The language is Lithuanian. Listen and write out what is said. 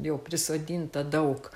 jau prisodinta daug